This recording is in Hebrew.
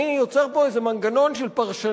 אני יוצר פה איזה מנגנון של פרשנות,